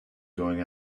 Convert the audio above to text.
going